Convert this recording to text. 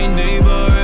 neighbor